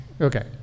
Okay